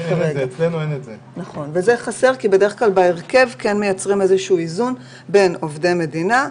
זה חסר כי בדרך כלל בהרכב מייצרים איזון בין עובדי מדינה,